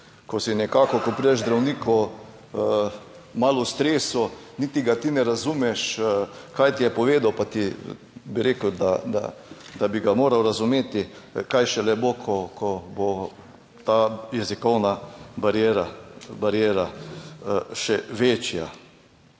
ko si nekako, ko prideš k zdravniku malo v stresu, niti ga ti ne razumeš, kaj ti je povedal, pa ti bi rekel, da bi ga moral razumeti, kaj šele bo, ko bo ta jezikovna bariera še večja?